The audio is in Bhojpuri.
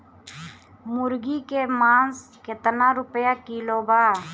मुर्गी के मांस केतना रुपया किलो बा?